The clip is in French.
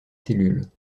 cellules